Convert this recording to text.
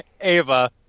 Ava